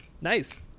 Nice